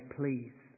please